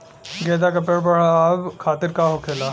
गेंदा का पेड़ बढ़अब खातिर का होखेला?